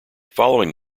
following